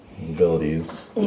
abilities